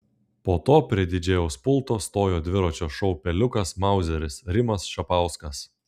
po to prie didžėjaus pulto stojo dviračio šou peliukas mauzeris rimas šapauskas